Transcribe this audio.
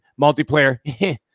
multiplayer